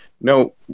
no